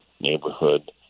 neighborhood